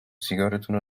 سیگارتونو